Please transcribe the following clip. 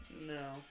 No